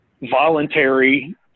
voluntary